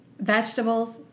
vegetables